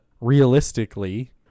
realistically